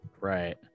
Right